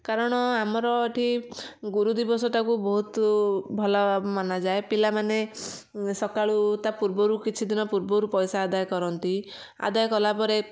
କାରଣ ଆମର ଏଇଠି ଗୁରୁଦିବସ ଟାକୁ ବହୁତ ଭଲ ମନାଯାଏ ପିଲାମାନେ ସକାଳୁ ତା ପୂର୍ବରୁ କିଛିଦିନ ପୂର୍ବରୁ ପଇସା ଆଦାୟ କରନ୍ତି ଆଦାୟ କଲା ପରେ